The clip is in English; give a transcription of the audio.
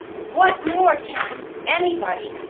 what more can anybody,